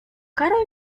karol